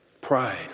Pride